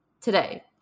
today